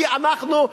כי אנחנו,